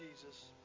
Jesus